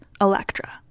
Electra